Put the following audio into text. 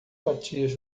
fatias